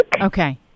Okay